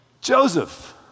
Joseph